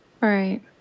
Right